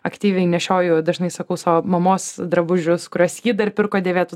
aktyviai nešioju dažnai sakau savo mamos drabužius kuriuos ji dar pirko dėvėtų